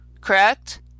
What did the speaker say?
correct